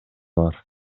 бар